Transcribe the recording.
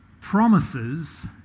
promises